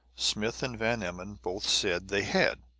smith and van emmon both said they had.